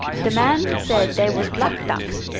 de man said dey was black ducks,